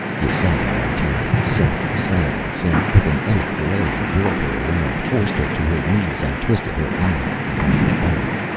yasala maintained a sulky silence, and with an oath valeria whirled her around, forced her to her knees and twisted her arm up behind her back.